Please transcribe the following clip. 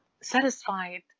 satisfied